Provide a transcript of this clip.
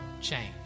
change